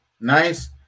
Nice